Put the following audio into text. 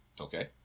Okay